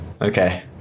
Okay